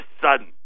sudden